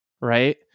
right